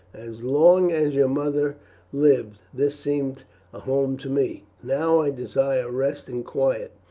as long as your mother lived this seemed a home to me, now i desire rest and quiet.